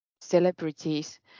celebrities